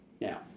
now